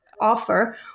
offer